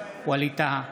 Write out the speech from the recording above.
ווליד טאהא,